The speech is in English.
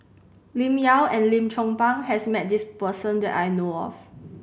Lim Yau and Lim Chong Pang has met this person that I know of